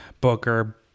Booker